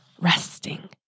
Resting